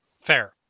Fair